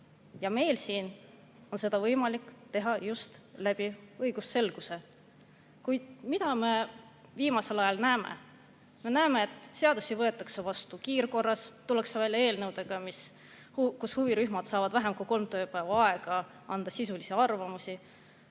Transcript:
Meil siin on seda võimalik teha just läbi õigusselguse. Kuid mida me viimasel ajal näeme? Me näeme, et seadusi võetakse vastu kiirkorras, tullakse välja eelnõudega, kus huvirühmad saavad vähem kui kolm tööpäeva aega anda sisulisi arvamusi,